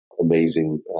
Amazing